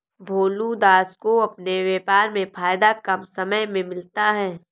भोलू दास को अपने व्यापार में फायदा कम समय में मिलता है